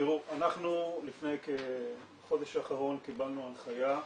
תראו, אנחנו בחודש האחרון קיבלנו הנחיה מהשר,